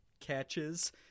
catches